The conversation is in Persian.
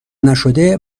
نشده